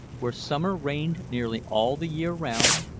where summer reigned nearly all the year round,